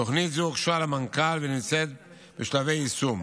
תוכנית זו הוגשה למנכ"ל ונמצאת בשלבי יישום.